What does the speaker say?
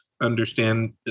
understand